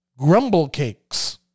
Grumblecakes